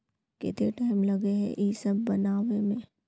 केते टाइम लगे है ये सब बनावे में?